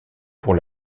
pour